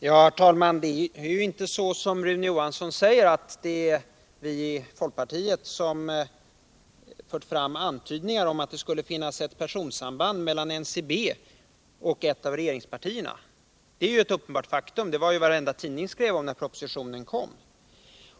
Herr talman! Det är inte, som Rune Johansson i Ljungby hävdar, vi i folkpartiet som fört fram antydningar om att det skulle finnas ett person samband mellan NCB och ett av regeringspartierna. Detta är ju ett uppenbart faktum; det var vad varenda tidning skrev om när propositionen kom.